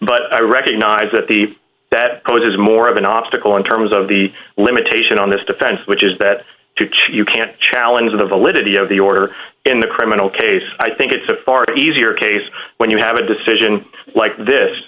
but i recognize that the that code is more of an obstacle in terms of the limitation on this defense which is that to you can't challenge the validity of the order in the criminal case i think it's a far easier case when you have a decision like this